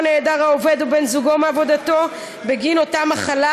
נעדר העובד או בן-זוגו מעבודתו בגין אותה מחלה.